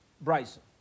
Bryson